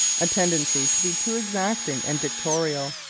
a tendency to be too exacting and dictatorial,